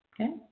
Okay